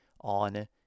on